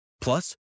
Plus